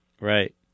right